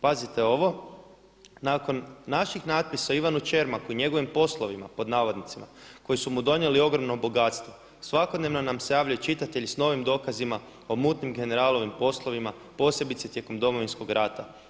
Pazite ovo „nakon naših natpisa o Ivanu Čermaku i „njegovim poslovima“ koji su mu donijeli ogromno bogatstvo svakodnevno nam se javljaju čitatelji s novim dokazima o mutnim generalovim poslovima posebice tijekom Domovinskog rada.